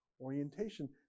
orientation